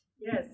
Yes